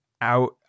out